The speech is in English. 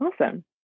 Awesome